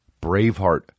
Braveheart